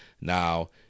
Now